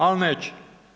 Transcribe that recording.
Ali neće.